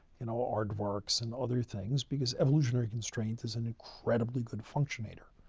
you know, aardvarks and other things because evolutionary constraint is an incredibly good functionator.